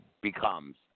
becomes